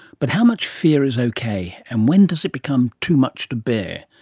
but how much fear is okay and when does it become too much to bear?